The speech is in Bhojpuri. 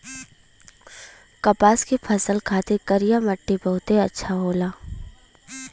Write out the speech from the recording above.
कपास के फसल खातिर करिया मट्टी बहुते अच्छा होला